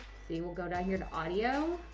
see we'll go down here to audio.